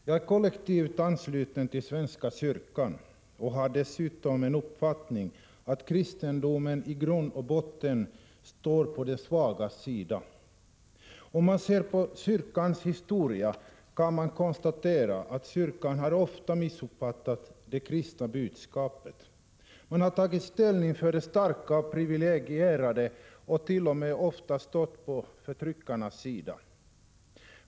Jag är kollektivt ansluten till svenska kyrkan, och jag har uppfattningen att kristendomen i grund och botten står på de svagas sida. Men om man ser på kyrkans historia kan man konstatera att kyrkan ofta har missuppfattat det kristna budskapet. Den har tagit ställning för de starka och privilegierade och t.o.m. ofta stått på förtryckarnas sida.